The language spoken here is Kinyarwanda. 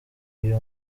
iyo